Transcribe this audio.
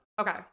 Okay